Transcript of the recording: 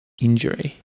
injury